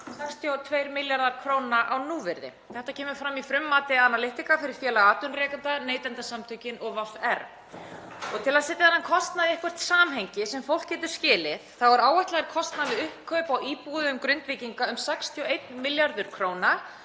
62 milljarðar kr. á núvirði. Þetta kemur fram í frummati Analytica fyrir Félag atvinnurekenda, Neytendasamtökin og VR. Til að setja þennan kostnað í eitthvert samhengi sem fólk getur skilið er áætlaður kostnaður við uppkaup á íbúðum Grindvíkinga um 61 milljarður kr.,